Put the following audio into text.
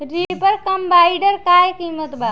Reaper कम्बाइंडर का किमत बा?